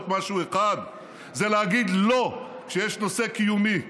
משהו אחד זה להגיד לא כשיש נושא קיומי.